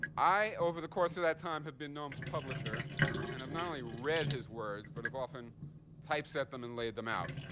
i, over the course of that time, have been noam's publisher and have not only read his words, but have often typeset them and laid them out.